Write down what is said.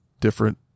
different